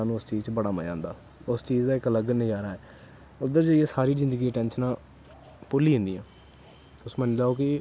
साह्नू इस चीज़ च बड़ा मज़ा आंदा इस चीज़ दा इक अलग नज़ारा ऐ इद्दर जाईयै सारी जिन्दगी दी टैंशनां भुल्ली जंदियां तुस मन्नी लैओ कि